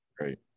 right